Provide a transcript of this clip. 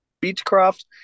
Beechcroft